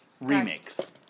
Remakes